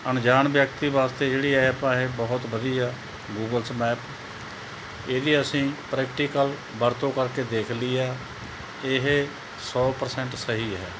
ਅਣਜਾਣ ਵਿਅਕਤੀ ਵਾਸਤੇ ਜਿਹੜੀ ਐਪ ਆ ਇਹ ਬਹੁਤ ਵਧੀਆ ਗੂਗਲਸ ਮੈਪ ਇਹਦੀ ਅਸੀਂ ਪ੍ਰੈਕਟੀਕਲ ਵਰਤੋਂ ਕਰਕੇ ਦੇਖ ਲਈ ਹੈ ਇਹ ਸੌ ਪਰਸੈਂਟ ਸਹੀ ਹੈ